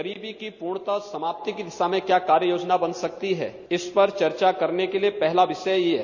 गरीबी की पूर्णता समाप्ति की दिशा में क्या कार्य योजना बन सकती है इस पर चर्चा करने के लिये पहला विषय यह है